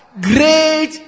Great